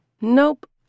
Nope